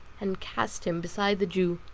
and cast him beside the jew.